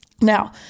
Now